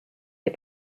des